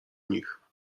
nich